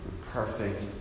perfect